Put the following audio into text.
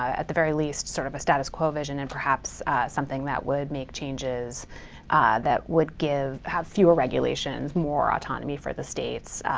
at the very least sort of a status quo vision, and perhaps something that would make changes that would give have fewer regulations, more autonomy for the states.